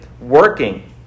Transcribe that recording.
Working